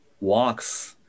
walks